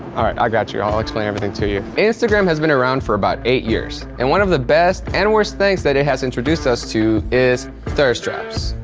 i got you. i'll explain everything to you. instagram has been around for about eight years and one of the best and worst things that it has introduced us to is thirst traps.